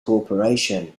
corporation